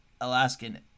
Alaskan